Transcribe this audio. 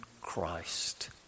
Christ